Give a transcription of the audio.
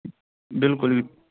بالکل